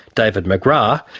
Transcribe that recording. david mcgrath,